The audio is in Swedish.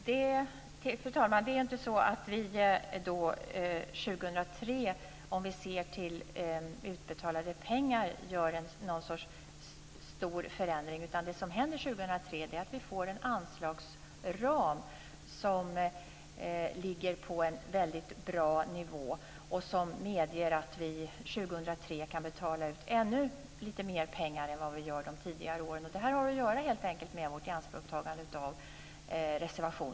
Fru talman! Det är inte så att vi år 2003, sett till utbetalade pengar, gör en sorts stor förändring, utan det som händer år 2003 är att vi får en anslagsram på en väldigt bra nivå som medger att vi det året kan betala ut ännu lite mer pengar än än vi gör de tidigare åren. Detta har helt enkelt att göra med vårt ianspråktagande av reservationerna.